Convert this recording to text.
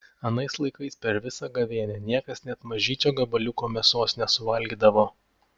anais laikais per visą gavėnią niekas net mažyčio gabaliuko mėsos nesuvalgydavo